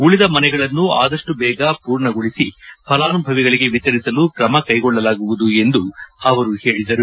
ಉಳಿದ ಮನೆಗಳನ್ನು ಆದಷ್ಟು ದೇಗ ಪೂರ್ಣಗೊಳಿಸಿ ಫಲಾನುಭವಿಗಳಿಗೆ ವಿತರಿಸಲು ಕ್ರಮ ಕೈಗೊಳ್ಳಲಾಗುವುದು ಎಂದು ಅವರು ಹೇಳಿದರು